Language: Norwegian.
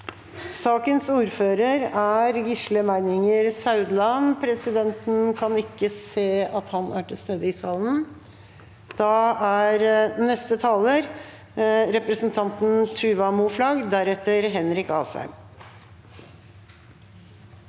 Sakens ordfører er Gisle Meininger Saudland. Presidenten kan ikke se at han er til stede i salen. Da er neste taler representanten Tuva Moflag. Tuva Moflag (A)